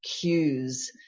cues